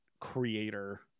creator